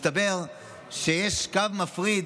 מסתבר שיש קו מפריד,